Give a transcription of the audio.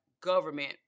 government